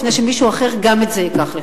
לפני שמישהו אחר גם את זה ייקח לך.